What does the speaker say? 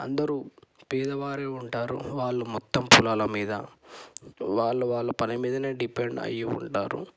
అందరూ పేదవారే ఉంటారు వాళ్ళు మొత్తం పొలాల మీద వాళ్ళు వాళ్ళు పని మీదనే డిపెండ్ అయి ఉంటారు